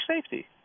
safety